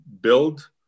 build